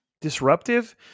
disruptive